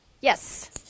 yes